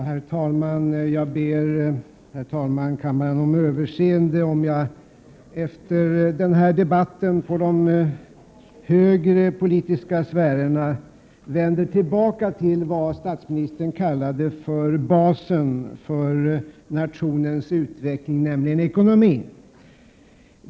Herr talman! Jag ber kammaren om överseende om jag efter denna debatt i de högre politiska sfärerna vänder tillbaka till vad statsministern kallade för basen för nationens utveckling, nämligen ekonomin.